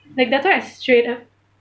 like that's why I straight up